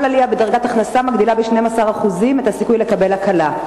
כל עלייה בדרגת הכנסה מגדילה ב-12% את הסיכוי לקבל הקלה.